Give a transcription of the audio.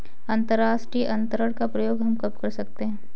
अंतर्राष्ट्रीय अंतरण का प्रयोग हम कब कर सकते हैं?